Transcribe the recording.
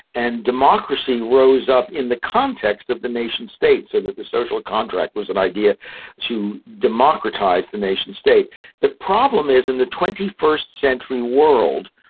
and democracy rose up in the context of the nation-states so that the social contract was an idea to democratise the nation-state. the problem is in the twenty first century world,